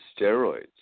steroids